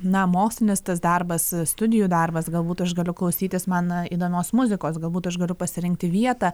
na mokslinis tas darbas studijų darbas galbūt aš galiu klausytis man įdomios muzikos galbūt aš galiu pasirinkti vietą